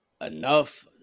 enough